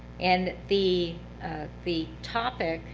and the the topic,